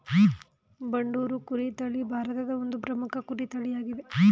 ಬಂಡೂರು ಕುರಿ ತಳಿ ಭಾರತದ ಒಂದು ಪ್ರಮುಖ ಕುರಿ ತಳಿಯಾಗಿದೆ